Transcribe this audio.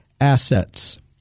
assets